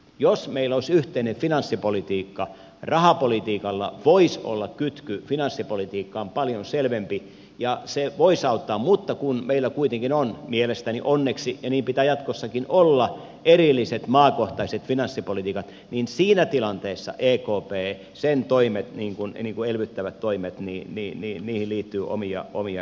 jos meillä olisi yhteinen finanssipolitiikka rahapolitiikalla voisi olla paljon selvempi kytky finanssipolitiikkaan ja se voisi auttaa mutta kun meillä kuitenkin on mielestäni onneksi ja niin pitää jatkossakin olla erilliset maakohtaiset finanssipolitiikat niin siinä tilanteessa ei kop ei sen toimet niinku niinku elvyttävät ekpn elvyttäviin toimiin liittyy omia riskejään